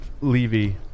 Levy